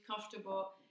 comfortable